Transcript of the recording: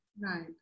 Right